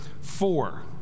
four